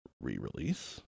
Re-release